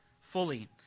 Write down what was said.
fully